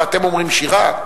ואתם אומרים שירה?